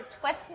twist